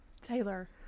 taylor